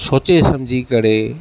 सोचे समझी करे